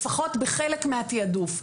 לפחות בחלק מהתיעדוף,